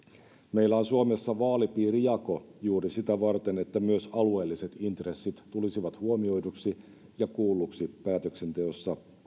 meillä on suomessa vaalipiirijako juuri sitä varten että myös alueelliset intressit tulisivat huomioiduiksi ja kuulluiksi päätöksenteossa